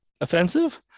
offensive